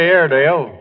Airedale